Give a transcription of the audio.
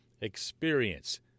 experience